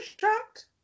shocked